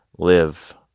Live